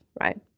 right